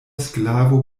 sklavo